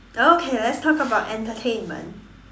okay let's talk about entertainment